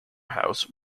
house